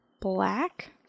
black